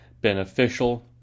beneficial